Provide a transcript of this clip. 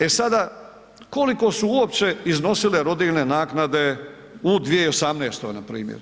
E sada, koliko su uopće iznosile rodiljne naknade u 2018. npr.